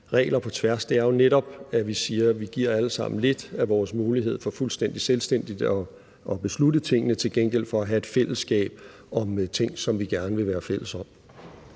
regler på tværs, er netop, at vi siger, at vi giver alle sammen lidt af vores mulighed for fuldstændig selvstændigt at beslutte tingene til gengæld for at have et fællesskab om ting, som vi gerne vil være fælles om.